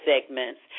segments